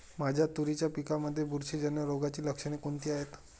माझ्या तुरीच्या पिकामध्ये बुरशीजन्य रोगाची लक्षणे कोणती आहेत?